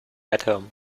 atom